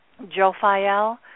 Jophiel